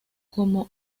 como